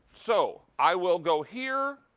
so i will go here.